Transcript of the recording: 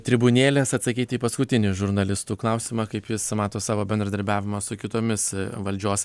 tribūnėlės atsakyti į paskutinį žurnalistų klausimą kaip jis mato savo bendradarbiavimą su kitomis valdžios